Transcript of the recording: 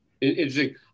Interesting